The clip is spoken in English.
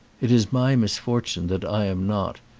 it is my misfortune that i am not,